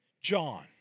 John